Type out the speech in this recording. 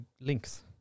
links